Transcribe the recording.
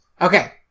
Okay